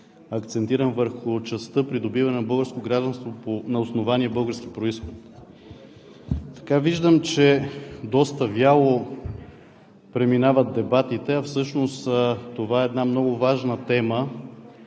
акцентирам върху частта „Придобиване на българско гражданство на основание български произход“. Виждам, че доста вяло преминават дебатите, а всъщност това е една много важна тема,